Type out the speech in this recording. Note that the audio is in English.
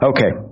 Okay